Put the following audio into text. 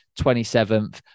27th